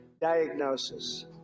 diagnosis